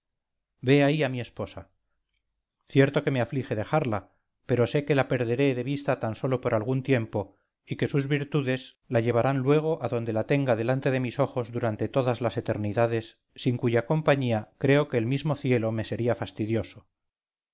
ve ahí a mi esposa cierto que me aflige dejarla pero sé que la perderé de vista tan sólo por algún tiempo y que sus virtudes la llevarán luego a donde la tenga delante de mis ojos durante todas las eternidades sin cuya compañía creo que el mismo cielo me sería fastidioso